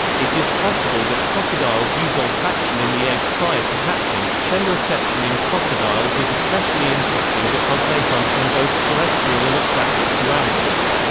it is possible that crocodiles use olfaction in the egg prior to hatching chemoreception in crocodiles is especially interesting because they hunt in both terrestrial and aquatic surroundings.